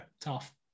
tough